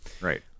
Right